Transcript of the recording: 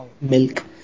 milk